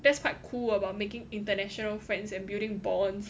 that's quite cool about making international friends and building bonds